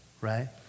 right